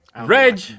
Reg